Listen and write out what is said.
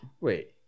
Wait